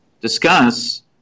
discuss